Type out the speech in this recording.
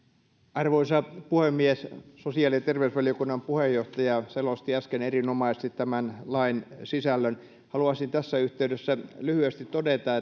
arvoisa puhemies sosiaali ja terveysvaliokunnan puheenjohtaja selosti äsken erinomaisesti tämän lain sisällön haluaisin tässä yhteydessä lyhyesti todeta